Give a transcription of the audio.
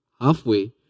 halfway